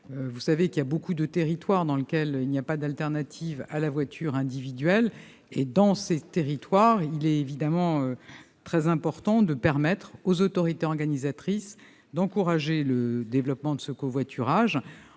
de ceux-ci. Dans beaucoup de territoires, il n'existe pas d'alternative à la voiture individuelle ; dans ces territoires, il est évidemment très important de permettre aux autorités organisatrices d'encourager le développement du covoiturage,